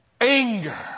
anger